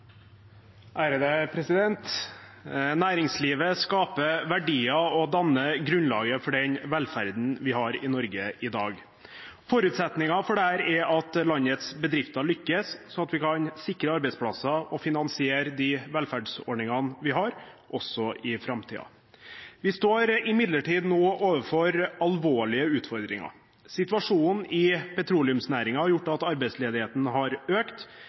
Næringslivet skaper verdier og danner grunnlaget for den velferden vi har i Norge i dag. Forutsetningene for dette er at landets bedrifter lykkes, slik at vi kan sikre arbeidsplasser og finansiere de velferdsordningene vi har, også i framtiden. Vi står imidlertid nå overfor alvorlige utfordringer. Situasjonen i petroleumsnæringen har gjort at arbeidsledigheten har økt,